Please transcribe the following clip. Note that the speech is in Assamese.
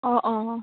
অঁ অঁ